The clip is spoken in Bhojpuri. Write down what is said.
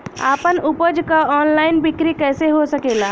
आपन उपज क ऑनलाइन बिक्री कइसे हो सकेला?